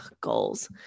goals